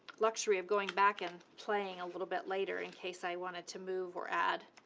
luxury of going back and playing a little bit later, in case i wanted to move or add.